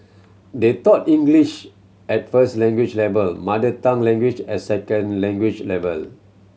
they taught English at first language level mother tongue language at second language level